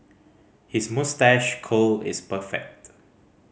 his moustache curl is perfect